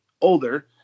older